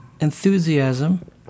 enthusiasm